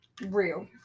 real